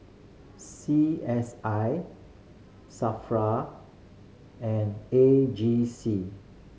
C S I SAFRA and A G C